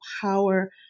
power